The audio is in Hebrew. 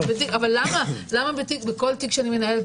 למה בכל תיק שאני מנהלת,